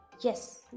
Yes